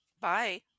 bye